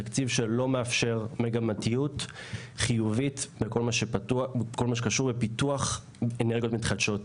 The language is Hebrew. תקציב שלא מאפשר מגמתיות חיובית בכל מה שקשור לפיתוח אנרגיות מתחדשות.